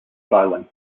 styling